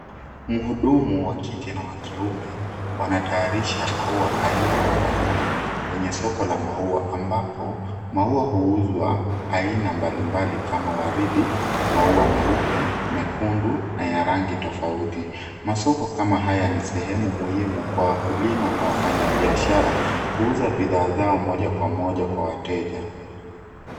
Mhudumu wa kike na wa kiume wanatayarisha maua aina wa aina kwenye soko la maua ambapo maua huuzwa aina mbalimbali kama waridi, maua meupe, mekundu na ya rangi tofauti. Masoko kama haya ni sehemu muhimu kwa wakulima na wafanyabiashara kuuza bidhaa zao moja kwa moja kwa wateja.